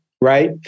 right